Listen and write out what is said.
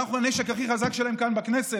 אנחנו הנשק הכי חזק שלהם כאן בכנסת.